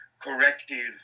corrective